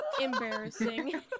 embarrassing